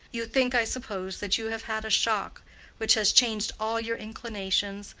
you think, i suppose, that you have had a shock which has changed all your inclinations,